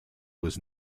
was